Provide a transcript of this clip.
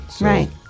Right